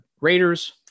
Raiders